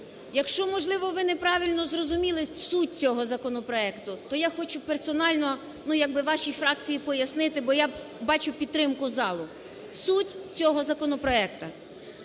Якщо, можливо, ви неправильно зрозуміли суть цього законопроекту, то я хочу персонально, як би вашій фракції пояснити, бо я бачу підтримку залу. Суть цього законопроекту.